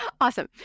Awesome